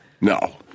No